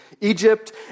Egypt